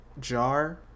jar